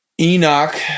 Enoch